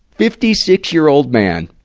fifty-six-year-old man.